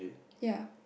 ya